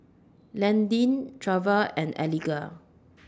Landin Treva and Eliga